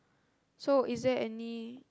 so is there any